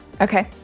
Okay